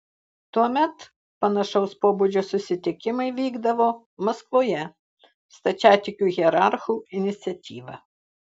tuomet panašaus pobūdžio susitikimai vykdavo maskvoje stačiatikių hierarchų iniciatyva